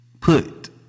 put